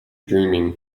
dreaming